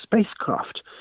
spacecraft